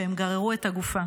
שהם גררו את הגופה.